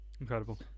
incredible